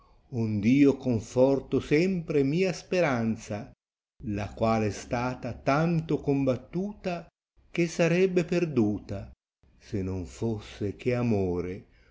ond io conforto sempre mia speranza la qual è stata tanto combattuta che sarebbe perdala se non fosse che amore